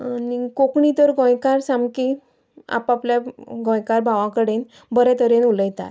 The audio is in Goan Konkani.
आनीक कोंकणी तर गोंयकार सामकी आपापल्या गोंयकार भावां कडेन बरे तरेन उलयतात